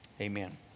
amen